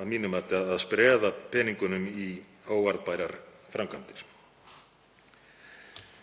að mínu mati ekki að vera að spreða peningum í óarðbærar framkvæmdir.